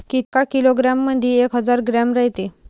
एका किलोग्रॅम मंधी एक हजार ग्रॅम रायते